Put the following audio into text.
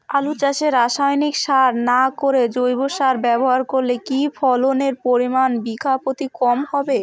আলু চাষে রাসায়নিক সার না করে জৈব সার ব্যবহার করলে কি ফলনের পরিমান বিঘা প্রতি কম হবে?